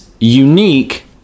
Unique